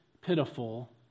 pitiful